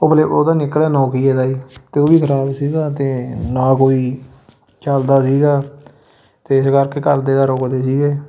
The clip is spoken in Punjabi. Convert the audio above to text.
ਉਹ ਪਲੇ ਉਹਦਾ ਨਿਕਲਿਆ ਨੋਕੀਏ ਦਾ ਜੀ ਅਤੇ ਉਹ ਵੀ ਖਰਾਬ ਸੀਗਾ ਅਤੇ ਨਾ ਕੋਈ ਚੱਲਦਾ ਸੀਗਾ ਅਤੇ ਇਸ ਕਰਕੇ ਘਰ ਦੇ ਤਾਂ ਰੋਕਦੇ ਸੀਗੇ